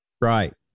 Right